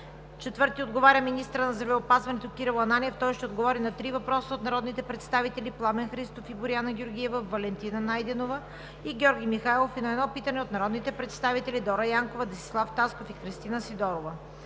Четвърти отговаря министърът на здравеопазването Кирил Ананиев. Той ще отговори на три въпроса от народните представители Пламен Христов и Боряна Георгиева; Валентина Найденова; и Георги Михайлов и на едно питане от народните представители Дора Янкова, Десислав Тасков и Кристина Сидорова.